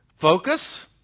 Focus